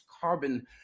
carbon